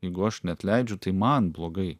jeigu aš neatleidžiu tai man blogai